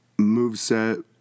Moveset